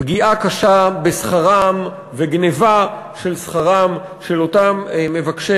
פגיעה קשה בשכרם וגנבה של שכרם של אותם מבקשי